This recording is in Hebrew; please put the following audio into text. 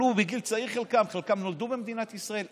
חלקם עלו בגיל צעיר וחלקם נולדו במדינת ישראל,